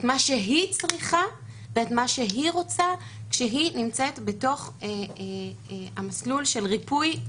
מה שהיא צריכה ואת מה שהיא רוצה כשהיא נמצאת בתוך המסלול של ריפוי,